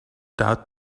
doubt